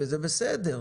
וזה בסדר,